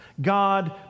God